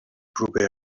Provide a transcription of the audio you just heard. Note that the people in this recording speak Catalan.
proper